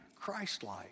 christ-like